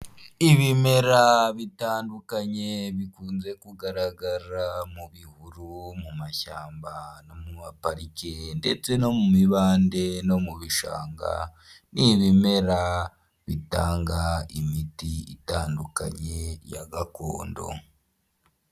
Ibimera bitandukanye bikunze kugaragara mu bihuru, mu mashyamba, no mu ma parike, ndetse no mu mibande, no mu bishanga, ni ibimera bitanga imiti itandukanye ya gakondo.